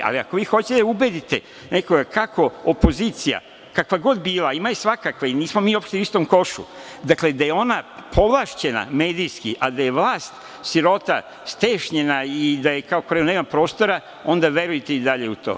Ali, ako vi hoćete da ubedite nekoga kako opozicija, kakva god bila, ima je svakakve, nismo mi uopšte u istom košu, dakle, da je ona povlašćena medijski, a da je vlast sirota stešnjena i da kao nema prostora, onda verujte i dalje u to.